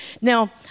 Now